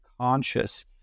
conscious